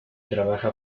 trabaja